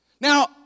Now